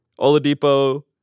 Oladipo